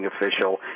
official